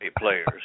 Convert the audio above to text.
players